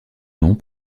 noms